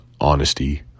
honesty